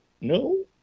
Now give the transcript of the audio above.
No